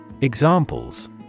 Examples